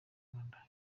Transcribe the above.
rwanda